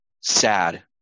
sad